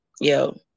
yo